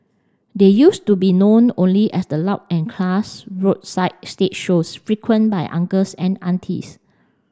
they used to be known only as the loud and class roadside stage shows frequent by uncles and aunties